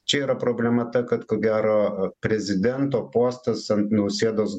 čia yra problema ta kad ko gero prezidento postas ant nausėdos